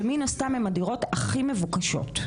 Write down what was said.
שמן הסתם הן הדירות הכי מבוקשות.